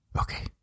Okay